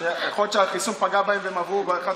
יכול להיות שהחיסון פגע בהם ואחת